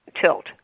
tilt